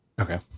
Okay